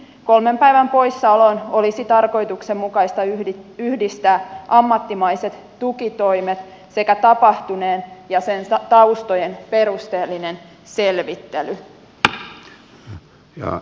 kolmen päivän poissaoloon olisi tarkoituksenmukaista yhdistää ammattimaiset tukitoimet sekä tapahtuneen ja sen taustojen perusteellinen selvittely